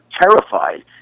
terrified